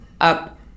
up